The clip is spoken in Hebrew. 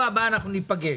בסגנון של "בשבוע הבא ניפגש".